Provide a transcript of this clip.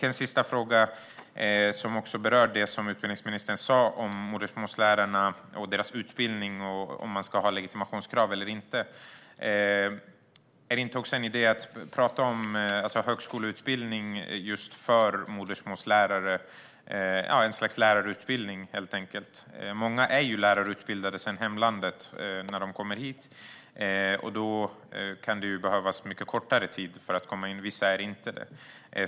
En sista fråga som också berör det som utbildningsministern sa om modersmålslärarna och deras utbildning och om man ska ha legitimationskrav eller inte: Är det inte också en idé att tala om högskoleutbildning för just modersmålslärare - en sorts lärarutbildning, helt enkelt? Många som kommer hit är ju lärarutbildade i hemlandet och kan behöva mycket kortare tid för att komma in. Vissa är inte det.